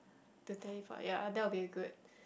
the teleport ya that would be a good